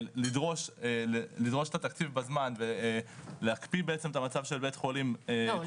לדרוש את התקציב בזמן ולהקפיא בעצם את המצב של בית החולים.